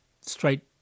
straight